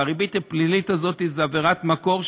והריבית הפלילית הזאת היא עבירת מקור,